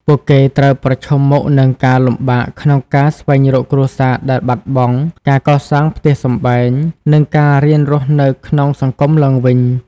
ពួកគេត្រូវប្រឈមមុខនឹងការលំបាកក្នុងការស្វែងរកគ្រួសារដែលបាត់បង់ ការកសាងផ្ទះសម្បែង និងការរៀនរស់នៅក្នុងសង្គមឡើងវិញ។